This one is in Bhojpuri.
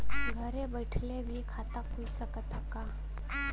घरे बइठले भी खाता खुल सकत ह का?